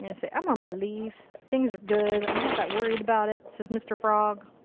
you know say, i'm on my leaf. things are good. i'm not that worried about it. says mr. frog.